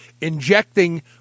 injecting